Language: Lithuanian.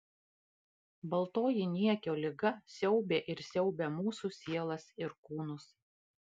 baltoji niekio liga siaubė ir siaubia mūsų sielas ir kūnus